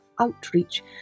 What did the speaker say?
outreach